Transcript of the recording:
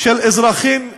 של אזרחים ישראלים,